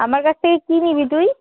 আমার কাছ থেকে কী নিবি তুই